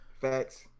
Facts